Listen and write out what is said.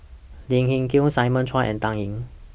Lim Hng Kiang Simon Chua and Dan Ying